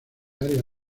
área